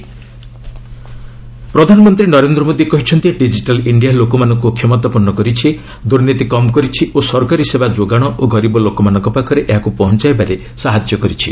PM digital India ପ୍ରଧାନମନ୍ତ୍ରୀ ନରେନ୍ଦ୍ର ମୋଦି କହିଛନ୍ତି digital India ଲୋକମାନଙ୍କୁ କ୍ଷମତାପନ୍ନ କରିଛି ଦୁର୍ନୀତି କମ୍ କରିଛି ଓ ସରକାରୀ ସେବା ଯୋଗାଣ ଓ ଗରିବ ଲୋକମାନଙ୍କ ପାଖରେ ଏହାକୁ ପହଞ୍ଚାଇବାରେ ସାହାଯ୍ୟ କରିଛି